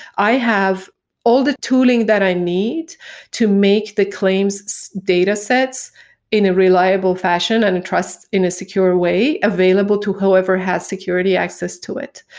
i have all the tooling that i need to make the claim so so data sets in a reliable fashion and trust in a secure way available to whoever has security access to it.